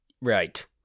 Right